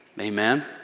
Amen